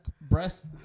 breast